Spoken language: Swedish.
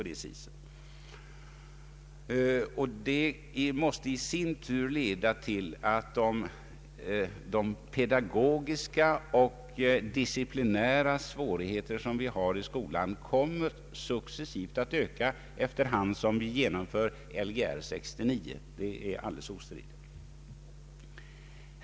Detta måste i sin tur leda till att de pedagogiska och disciplinära svårigheterna som vi har i skolan successivt kommer att öka allteftersom vi genomför Lgr-69.